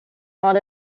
not